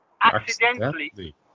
Accidentally